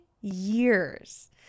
years